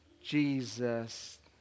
Jesus